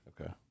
Okay